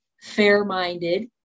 fair-minded